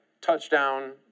touchdown